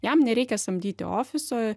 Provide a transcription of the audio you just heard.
jam nereikia samdyti ofiso